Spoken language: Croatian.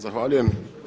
Zahvaljujem.